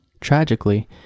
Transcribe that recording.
Tragically